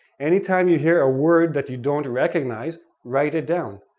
anytime you hear a word that you don't recognize, write it down.